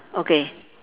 okay